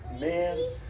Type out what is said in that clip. Man